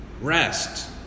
rest